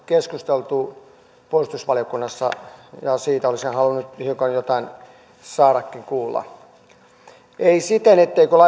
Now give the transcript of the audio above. keskusteltu puolustusvaliokunnassa ja siitäkin olisin halunnut hiukan jotain saada kuulla ei siten etteikö